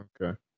Okay